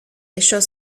ellos